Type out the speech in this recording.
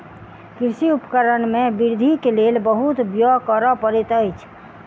कृषि उपकरण में वृद्धि के लेल बहुत व्यय करअ पड़ैत अछि